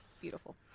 Beautiful